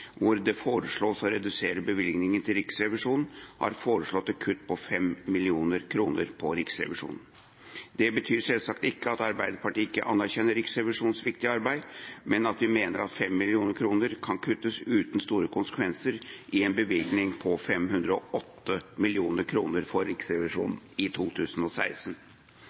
hvor det foreslås å redusere bevilgningen til Riksrevisjonen, har foreslått et kutt på 5 mill. kr til Riksrevisjonen. Det betyr selvsagt ikke at Arbeiderpartiet ikke anerkjenner Riksrevisjonens viktige arbeid, men at vi mener at 5 mill. kr kan kuttes uten store konsekvenser i en bevilgning på 508 mill. kr til Riksrevisjonen for 2016. De særmerknadene som for øvrig kommer fram i